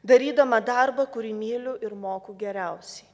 darydama darbą kurį myliu ir moku geriausiai